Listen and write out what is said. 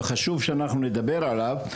וחשוב שאנחנו נדבר עליו,